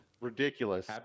Ridiculous